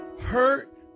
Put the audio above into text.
Hurt